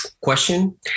question